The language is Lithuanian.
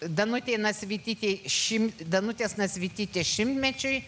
danutei nasvytytei šimt danutės nasvytytės šimtmečiui